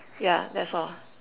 ya that's all